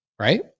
Right